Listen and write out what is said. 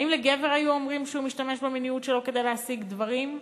האם לגבר היו אומרים שהוא משתמש במיניות שלו כדי להשיג דברים?